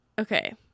okay